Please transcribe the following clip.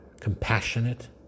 compassionate